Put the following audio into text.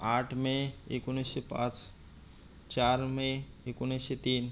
आठ मे एकोणीसशे पाच चार मे एकोणीसशे तीन